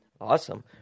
Awesome